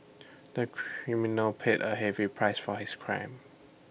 the criminal paid A heavy price for his crime